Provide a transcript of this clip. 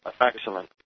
Excellent